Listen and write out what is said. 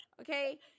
Okay